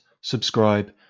subscribe